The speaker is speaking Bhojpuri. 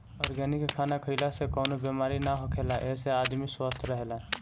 ऑर्गेनिक खाना खइला से कवनो बेमारी ना होखेला एसे आदमी स्वस्थ्य रहेला